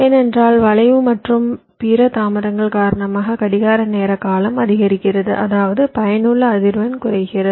ஏனென்றால் வளைவு மற்றும் பிற தாமதங்கள் காரணமாக கடிகார நேர காலம் அதிகரிக்கிறது அதாவது பயனுள்ள அதிர்வெண் குறைகிறது